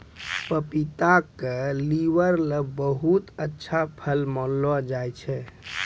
पपीता क लीवर ल बहुत अच्छा फल मानलो जाय छै